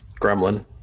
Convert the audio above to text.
gremlin